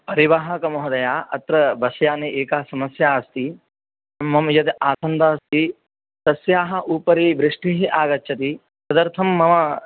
परिवाहकमहोदय अत्र बस्याने एका समस्या अस्ति मम यद् आसन्दः अस्ति तस्याः उपरि वृष्टिः आगच्छति तदर्थं मम